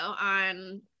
on